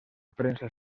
prensa